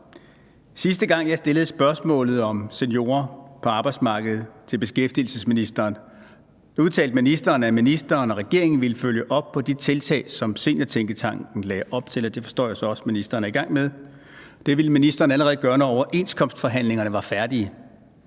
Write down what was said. Sidste gang jeg stillede spørgsmålet om seniorer på arbejdsmarkedet til beskæftigelsesministeren, udtalte ministeren, at ministeren og regeringen ville følge op på de tiltag, som Seniortænketanken lagde op til. Det forstår jeg så også at ministeren er i gang med. Det ville ministeren allerede gøre, når overenskomstforhandlingerne var færdige.